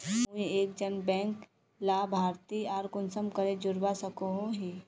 मुई एक जन बैंक लाभारती आर कुंसम करे जोड़वा सकोहो ही?